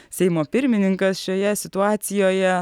seimo pirmininkas šioje situacijoje